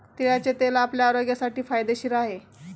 तिळाचे तेल आपल्या आरोग्यासाठी फायदेशीर आहे